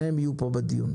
שניהם יהיו פה בדיון.